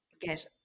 get